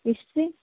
ಎಷ್ಟು ರೀ